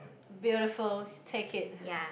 beautiful take it